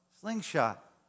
slingshot